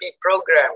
program